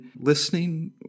listening